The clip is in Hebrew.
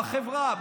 בחברה,